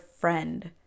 friend